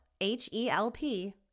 H-E-L-P